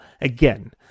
again